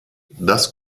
das